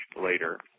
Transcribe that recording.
later